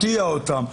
מה מרתיע אותם.